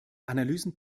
analysen